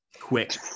Quick